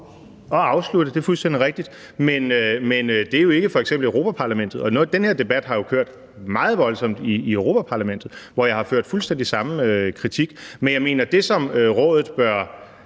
Og afslutte den, det er fuldstændig rigtigt. Men det er jo ikke f.eks. Europa-Parlamentet, og noget af den her debat har jo kørt meget voldsomt i Europa-Parlamentet, hvor jeg har fremført den fuldstændig samme kritik. Men jeg mener, at det, som man bør